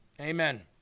Amen